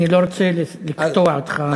אני לא רוצה לקטוע אותך.